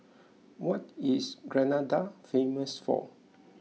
what is Grenada famous for